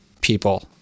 people